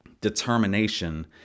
determination